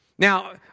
Now